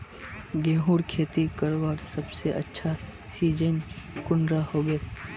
गेहूँर खेती करवार सबसे अच्छा सिजिन कुंडा होबे?